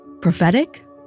Prophetic